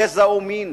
גזע או מין.